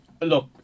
Look